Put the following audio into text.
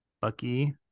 Bucky